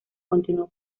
continuó